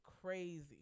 crazy